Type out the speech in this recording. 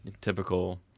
typical